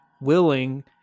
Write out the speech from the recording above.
willing